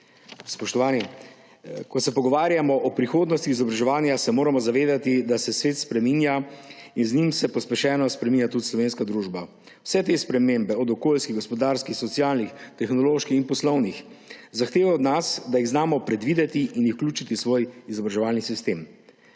Spoštovani! Ko se pogovarjamo o prihodnosti izobraževanja, se moramo zavedati, da se svet spreminja in z njim se pospešeno spreminja tudi slovenska družba. Vse te spremembe, od okoljskih, gospodarskih, socialnih, tehnoloških in poslovnih, zahtevajo od nas, da jih znamo predvideti in vključiti v svoj izobraževalni sistem.